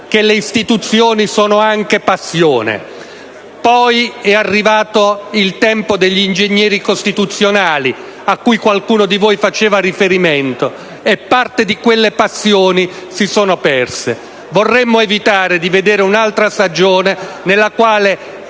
che le istituzioni sono anche passioni. Poi è arrivato il tempo degli ingegneri costituzionali - a cui qualcuno di voi ha fatto riferimento - e parte di quella passione si è persa. Vorremmo evitare di inaugurare un'altra stagione nella quale